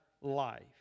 life